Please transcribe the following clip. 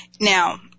Now